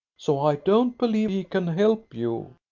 so i don't believe he can help you.